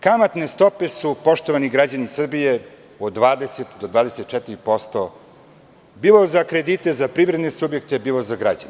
Kamatne stope su, poštovani građani Srbije, od 20 do 24% bilo za kredite za privredne subjekte, bilo za građane.